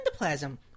Endoplasm